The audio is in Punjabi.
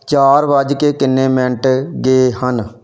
ਚਾਰ ਵੱਜ ਕੇ ਕਿੰਨੇ ਮਿੰਟ ਗਏ ਹਨ